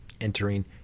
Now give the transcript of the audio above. entering